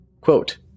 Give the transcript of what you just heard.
quote